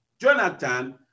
Jonathan